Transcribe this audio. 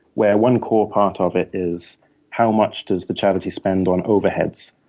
where one core part of it is how much does the charity spend on overheads?